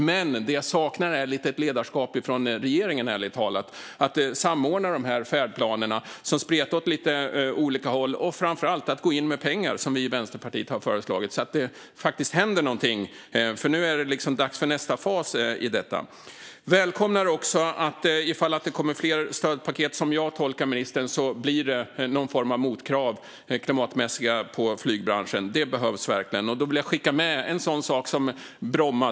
Men det jag lite saknar är ett ledarskap från regeringen, ärligt talat - att samordna de här färdplanerna, som spretar åt lite olika håll, och framför allt att gå in med pengar, som vi i Vänsterpartiet har föreslagit, så att det faktiskt händer någonting. Nu är det dags för nästa fas i detta. Jag välkomnar också att det, om det kommer fler stödpaket, blir någon form av klimatmässiga motkrav på flygbranschen. Så tolkar jag ministern. Det behövs verkligen. Då vill jag skicka med frågan om Bromma.